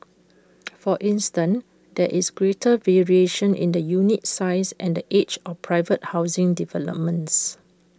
for instance there is greater variation in the unit size and age of private housing developments